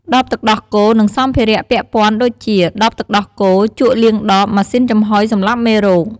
ដបទឹកដោះគោ និងសម្ភារៈពាក់ព័ន្ធដូចជា ដបទឹកដោះគោ ជក់លាងដប ម៉ាស៊ីនចំហុយសម្លាប់មេរោគ។